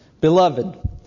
Beloved